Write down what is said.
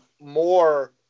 more